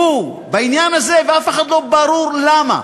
והוא בעניין הזה, ולאף אחד לא ברור למה.